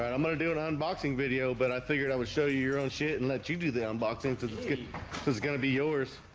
and i'm gonna do an ah unboxing video but i figured i would show you your own shit and let you do the unboxing to the kit. this is gonna be yours